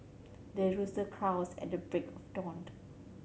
the rooster crows at the break of dawned